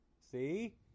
See